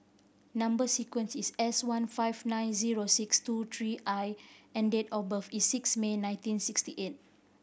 number sequence is S one five nine zero six two three I and date of birth is six May nineteen sixty eight